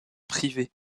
privés